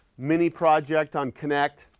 mini project on connect,